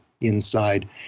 inside